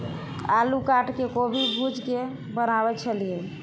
आलू काटिके कोबी भुजिके बनाबै छलिए